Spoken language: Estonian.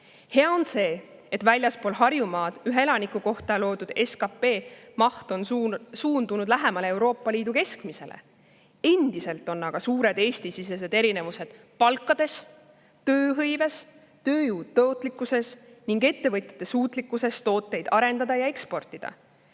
Hea on see, et väljaspool Harjumaad on ühe elaniku kohta loodud SKP maht liikunud lähemale Euroopa Liidu keskmisele. Endiselt on aga suured Eesti-sisesed erinevused palkades, tööhõives, tööjõu tootlikkuses ning ettevõtjate suutlikkuses tooteid arendada ja eksportida.